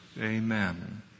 Amen